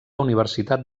universitat